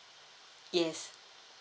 yes